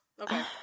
Okay